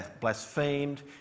blasphemed